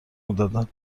میدادن